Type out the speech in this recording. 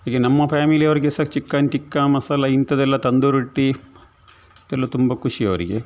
ಈಗ ನಮ್ಮ ಫ್ಯಾಮಿಲಿಯವ್ರಿಗೆ ಸಹ ಚಿಕನ್ ಟಿಕ್ಕ ಮಸಾಲ ಇಂಥದೆಲ ತಂದೂರಿ ರೊಟ್ಟಿ ಇದೆಲ್ಲ ತುಂಬ ಖುಷಿ ಅವರಿಗೆ